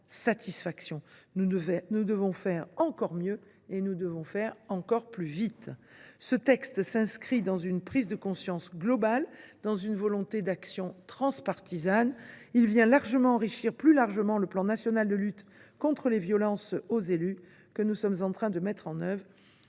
satisfaisante. Nous devons faire encore mieux et encore plus vite. Ce texte s’inscrit dans une prise de conscience globale, dans une volonté d’action transpartisane. Il vient enrichir le plan national de prévention et de lutte contre les violences aux élus que nous sommes en train de mettre en œuvre,